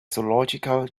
zoological